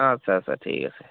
আচ্ছা আচ্ছা ঠিক আছে